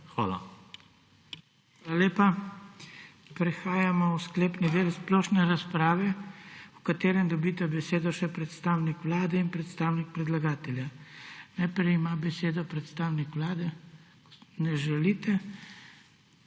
Hvala lepa. Prehajamo v sklepni del splošne razprave, v katerem dobita besedo še predstavnik Vlade in predstavnik predlagatelja. Najprej ima besedo predstavnik vlade. Ne želite.